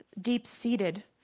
deep-seated